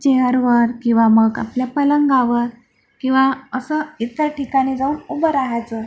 चेअरवर किंवा मग आपल्या पलंगावर किंवा असं इतर ठिकाणी जाऊन उभं रहायचं